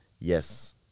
yes